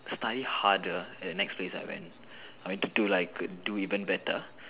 study harder at the next place I went I mean to do like do even better